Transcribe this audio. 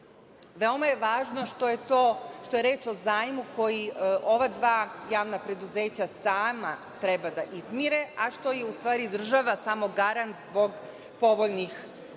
Veoma je važno što je reč o zajmu koji ova dva javna preduzeća sama treba da izmire, a što je u stvari država samo garant zbog povoljnih